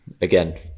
again